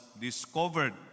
discovered